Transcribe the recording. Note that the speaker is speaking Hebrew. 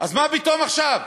אז מה פתאום עכשיו